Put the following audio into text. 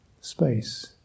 space